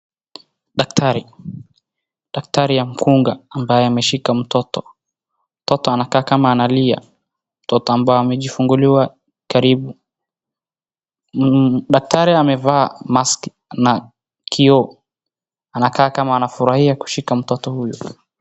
Daktari, daktari ya mkunga ambaye ameshika mtoto, mtoto anakaa kama analia. Mtoto ambaye amejifunguliwa karibu, daktari amevaa maski na kioo, anakaa kama anafurahia kushika mtoto huyo.